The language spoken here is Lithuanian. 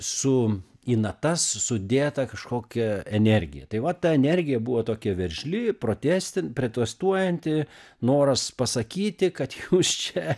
su į natas sudėta kažkokia energija tai va ta energija buvo tokia veržli protestin protestuojanti noras pasakyti kad jūs čia